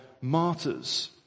martyrs